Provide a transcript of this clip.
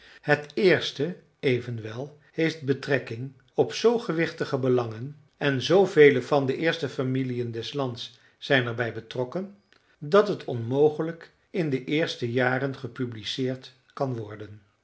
het eerste evenwel heeft betrekking op zoo gewichtige belangen en zoovele van de eerste familiën des lands zijn er bij betrokken dat het onmogelijk in de eerste jaren gepubliceerd kan worden